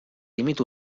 límit